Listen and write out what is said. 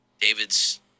David's